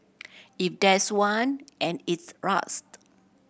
if there's one and its rust